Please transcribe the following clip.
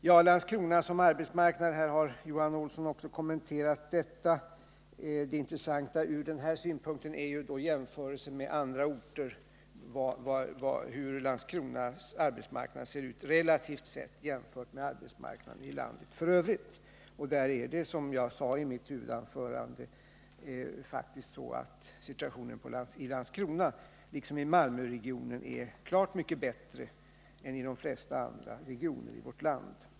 Johan Olsson har kommenterat Landskrona som arbetsmarknad. Det intressanta här är hur Landskronas arbetsmarknad ser ut i jämförelse med arbetsmarknaden på andra orter. Som jag sade i mitt huvudanförande är faktiskt situationen i Landskrona, liksom i Malmöregionen, klart mycket bättre än i de flesta andra regioner i vårt land.